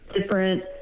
different